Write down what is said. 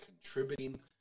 contributing